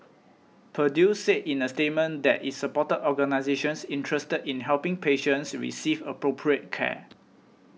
Purdue said in a statement that it supported organisations interested in helping patients receive appropriate care